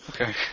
Okay